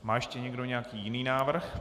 Má ještě někdo nějaký jiný návrh?